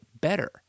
better